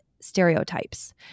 Stereotypes